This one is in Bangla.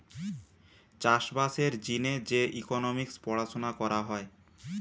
চাষ বাসের জিনে যে ইকোনোমিক্স পড়াশুনা করা হয়